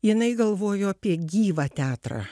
jinai galvojo apie gyvą teatrą